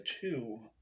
Two